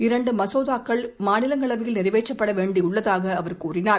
இரண்டு மசோதாக்கள் மாநிலங்களவையில் நிறைவேற்றப்பட வேண்டி உள்ளதாக அவர் கூறினார்